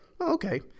Okay